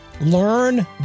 learn